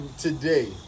today